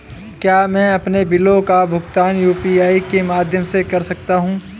क्या मैं अपने बिलों का भुगतान यू.पी.आई के माध्यम से कर सकता हूँ?